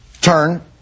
turn